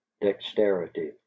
dexterity